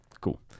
Cool